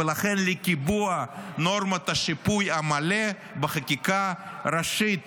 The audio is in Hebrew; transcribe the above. ולכן לקיבוע נורמות השיפוי המלא בחקיקה ראשית